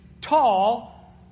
tall